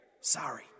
Sorry